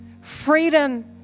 Freedom